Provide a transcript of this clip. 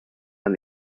and